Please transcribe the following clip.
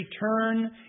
return